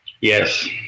Yes